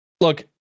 Look